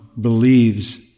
believes